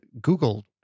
Google